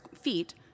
feet